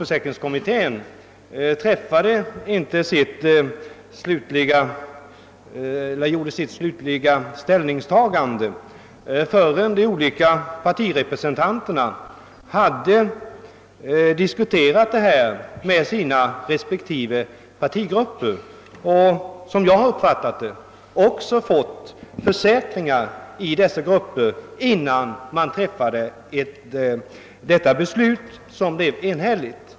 försäkringskommittén gjorde inte sitt slutgiltiga ställningstagande förrän de olika partirepresentanterna hade diskuterat saken med sina respektive partigrupper och — som jag har uppfattat det — fått försäkringar av grupperna. Först då fattades alltså beslutet, som blev enhälligt.